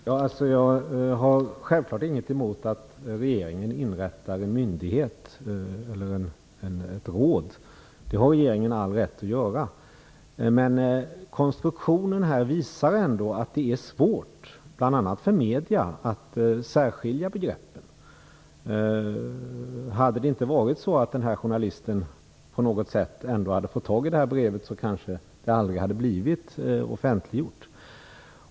Fru talman! Jag har självklart ingenting emot att regeringen inrättar en myndighet eller ett råd - det har regeringen all rätt att göra. Men det visar sig att den här konstruktionen gör det svårt, bl.a. för medierna, att särskilja begreppen. Om journalisten inte hade fått tag i brevet, kanske det aldrig hade blivit offentliggjort.